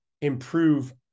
improve